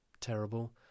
terrible